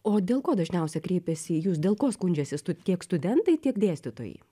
o dėl ko dažniausia kreipiasi į jus dėl ko skundžiasi stu tiek studentai tiek dėstytojai